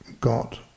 got